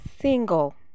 single